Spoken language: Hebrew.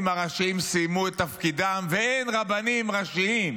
הראשיים סיימו את תפקידם ואין רבנים ראשיים,